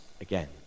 again